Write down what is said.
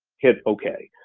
hit okay,